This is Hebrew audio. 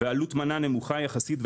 ועלות מנה נמוכה יחסית,